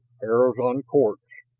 arrows on cords.